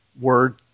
word